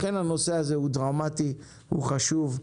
לכן הנושא הזה הוא דרמטי והוא חשוב.